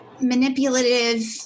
manipulative